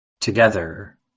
Together